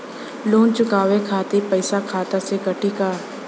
Loan चुकावे खातिर पईसा खाता से कटी का?